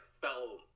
fell